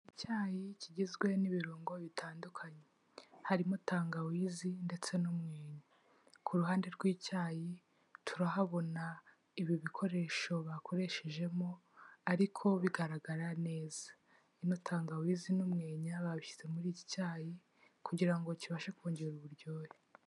Icyayi kigizwe n'ibirungo bitandukanye. Harimo tangawizi ndetse n'umwenya. Ku ruhande rw'icyayi turahabona ibi bikoresho bakoreshejemo ariko bigaragara neza. Ino tangawizi n'umwenya babishyize muri iki cyayi kugira ngo kibashe kongera uburyohe.